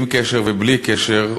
עם קשר ובלי קשר,